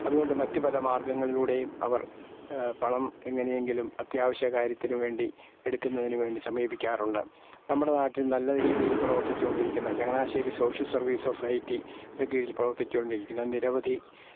അതുകൊണ്ട് മറ്റു പല മാർഗങ്ങളിലൂടെയും അവർ പണം എങ്ങനെയെങ്കിലും അത്യാവശ്യ കാര്യത്തിനുവേണ്ടി എടുക്കുന്നതിനു വേണ്ടി സമീപിക്കാറുണ്ട് നമ്മുടെ നാട്ടിൽ നല്ല രീതിയിൽ പ്രവർത്തിച്ച് കൊണ്ടിരിക്കുന്ന ചങ്ങനാശ്ശേരി സോഷ്യൽ സർവീസ് സൊസൈറ്റിയുടെ കീഴിൽ പ്രവർത്തിച്ചു കൊണ്ടിരിക്കുന്ന നിരവധി